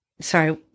sorry